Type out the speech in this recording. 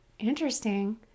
Interesting